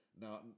Now